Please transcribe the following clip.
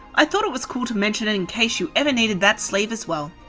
i thought it was cool to mention and in case you ever need that sleeve as well.